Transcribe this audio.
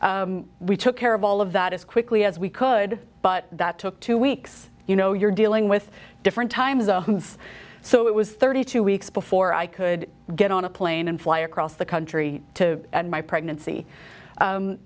boulder we took care of all of that as quickly as we could but that took two weeks you know you're dealing with different time zones so it was thirty two weeks before i could get on a plane and fly across the country to my pregnancy